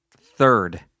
third